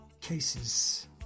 cases